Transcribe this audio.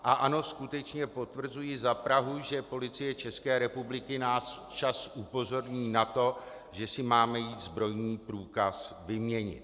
Ano, skutečně potvrzuji za Prahu, že Policie České republiky nás včas upozorní na to, že si máme jít zbrojní průkaz vyměnit.